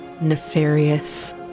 nefarious